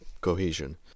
cohesion